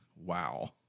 Wow